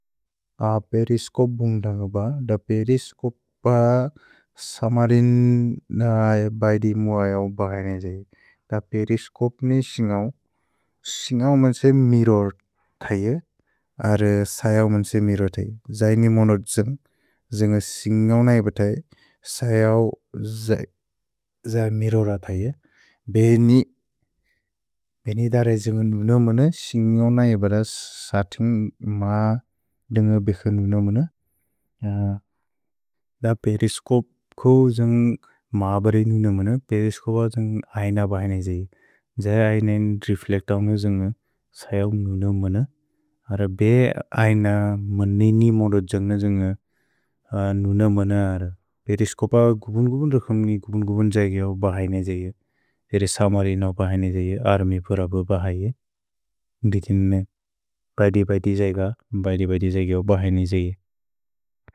अ periscope बुन्ग्दन्ग्ब, द पेरिस्च्प्प समरि बैदिमु अयौ बगै नेजि, द पेरिस्च्प्ने क्सिन्गौ, क्सिन्गौ मन्से मिरोर् तैअ। अर् सयौ मन्से मिरोर् तैअ, जै नि मोनोद् जन्ग्, जिन्ग क्सिन्गौ नैव तैअ, सयौ जै, जै मिरोर तैअ, बे नि, बे नि दर जिन्गौ नुनमु न। क्सिन्गौ नैव द सतुन्ग् मा दुन्ग बेक्सनु नुनमु न, द पेरिस्च्प् को जन्ग् मा बरेइ नुनमु न, पेरिस्च्प्ब जन्ग् ऐन बैने जै, जै ऐन नि रेफ्लेच्तौनु जन्ग्। सयौ नुनमु न, अर बे ऐन मनि नि मोनोद् जन्ग् न जिन्गौ, नुनमु न अर, पेरिस्च्प्ब गुबुन् गुबुन् रक्सनि गुबुन् गुबुन् जै गौ बैने जै, तेरे समरिन् न बैने जै। अर्मि पुर बैने, न्दिथिनु न, बैति बैति जै ग, बैति बैति जै गौ बैने जै।